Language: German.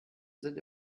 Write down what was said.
sind